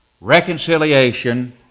reconciliation